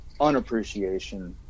unappreciation